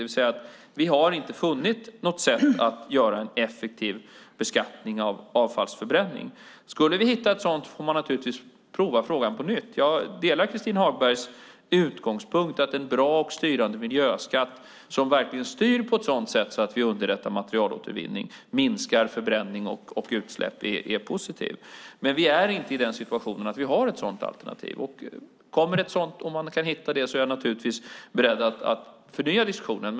Vi har alltså inte funnit något sätt att utforma en effektiv beskattning av avfallsförbränning. Skulle vi hitta ett sådant får frågan naturligtvis prövas på nytt. Jag delar Christin Hagbergs utgångspunkt att en bra och styrande miljöskatt som verkligen styr på ett sådant sätt att vi underlättar materialåtervinning och minskar förbränning och utsläpp är positiv. Men vi är inte i den situationen att vi har ett sådant alternativ. Om man kan hitta ett sådant är jag naturligtvis beredd att förnya diskussionen.